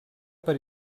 per